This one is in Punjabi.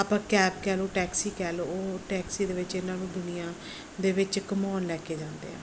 ਆਪਾਂ ਕੈਪ ਕਹਿ ਲਓ ਟੈਕਸੀ ਕਹਿ ਲਓ ਉਹ ਟੈਕਸੀ ਦੇ ਵਿੱਚ ਇਹਨਾਂ ਨੂੰ ਦੁਨੀਆਂ ਦੇ ਵਿੱਚ ਘੁੰਮਾਉਣ ਲੈ ਕੇ ਜਾਂਦੇ ਆ